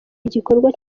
igikorwa